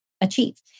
achieve